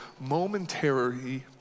momentary